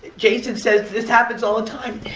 jason says this happens all the time.